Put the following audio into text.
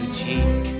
cheek